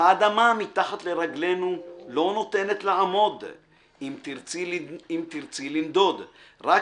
האדמה מתחת לרגלינו/ לא נותנת לעמוד/ אם תרצי לנדוד/ רק